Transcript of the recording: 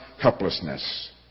helplessness